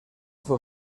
fue